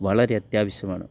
വളരെ അത്യാവശ്യമാണ്